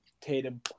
Tatum